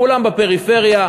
כולם בפריפריה,